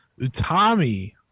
Utami